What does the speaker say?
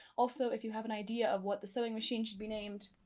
also if you have an idea of what the sewing machine should be named,